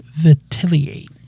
Vitiliate